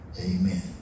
amen